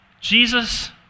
Jesus